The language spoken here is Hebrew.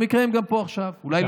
במקרה הם גם פה עכשיו, אולי לא במקרה.